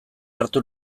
hartu